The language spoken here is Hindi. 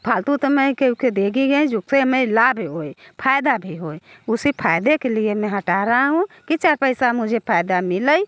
फ़ालतू तो मैं कहीं के देगी ये जब से मैं लाभ भी होए फ़ायदा भी होए उसी फ़ायदे के लिए मैं हटा रही हूँ कि चार पैसा मुझे फ़ायदा मिले